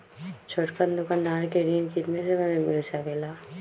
छोटकन दुकानदार के ऋण कितने समय मे मिल सकेला?